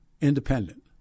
independent